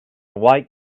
white